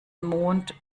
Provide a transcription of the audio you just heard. mond